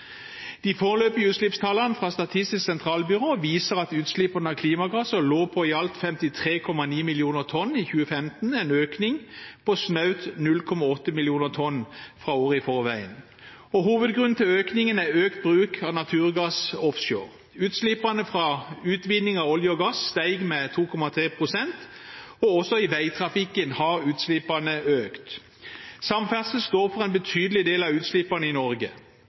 De foreløpige utslippstallene fra Statistisk sentralbyrå viser at utslippene av klimagasser lå på i alt 53,9 millioner tonn i 2015, en økning på snaut 0,8 millioner tonn fra året i forveien. Hovedgrunnen til økningen er økt bruk av naturgass offshore. Utslippene fra utvinning av olje og gass steg med 2,3 pst., og også i veitrafikken har utslippene økt. Samferdsel står for en betydelig del av utslippene i Norge,